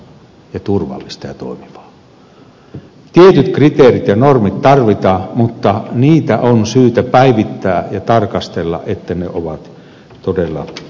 tietyt kriteerit ja normit tarvitaan mutta niitä on syytä päivittää ja tarkastella että ne ovat todella toimivat